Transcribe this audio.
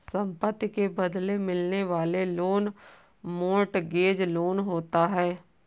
संपत्ति के बदले मिलने वाला लोन मोर्टगेज लोन होता है